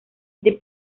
the